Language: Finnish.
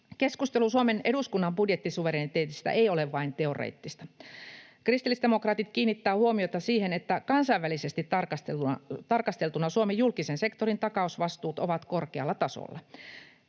Keskustelu Suomen eduskunnan budjettisuvereniteetista ei ole vain teoreettista. Kristillisdemokraatit kiinnittävät huomiota siihen, että kansainvälisesti tarkasteltuna Suomen julkisen sektorin takausvastuut ovat korkealla tasolla.